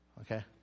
Okay